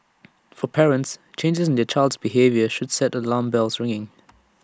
for parents changes in their child's behaviour should set the alarm bells ringing